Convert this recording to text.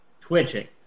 twitching